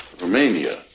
Romania